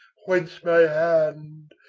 whence my hand,